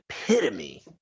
epitome